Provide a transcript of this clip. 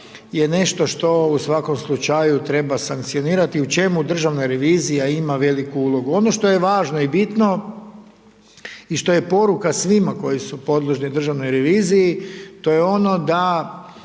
nešto što u svakom slučaju treba sankcionirati, u čemu Državna revizija ima veliku ulogu. Ono što je važno i bitno i što je poruka svima koji su podložni državnoj reviziji, to je ono da